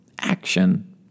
action